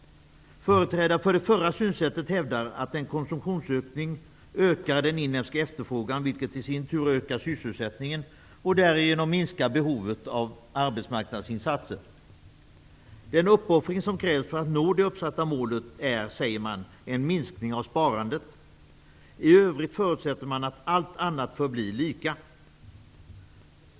Företrädarna för det förra synsätt hävdar att en konsumtionsökning ökar den inhemska efterfrågan, vilket i sin tur ökar sysselsättningen. Därigenom minskas behovet av arbetsmarknadsinsatser. Den uppoffring som krävs för att nå det uppsatta målet är, säger man, en minskning av sparandet. I övrigt förutsätter man att allt annat förblir lika.